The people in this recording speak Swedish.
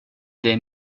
dig